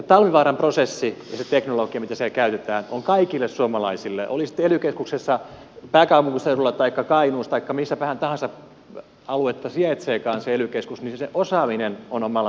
talvivaaran prosessi ja se teknologia mitä siellä käytetään on kaikille suomalaisille oli sitten ely keskuksessa pääkaupunkiseudulla taikka kainuussa taikka missäpäin tahansa aluetta sijaitseekaan se ely keskus niin se osaaminen on omalla tasollaan